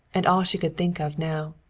and all she could think of now.